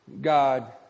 God